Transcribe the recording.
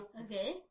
Okay